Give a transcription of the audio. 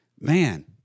man